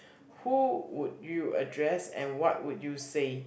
who would you address and what would you say